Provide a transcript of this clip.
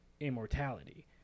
immortality